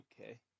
Okay